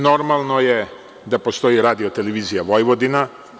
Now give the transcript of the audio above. Normalno je da postoji Radio-televizija Vojvodina.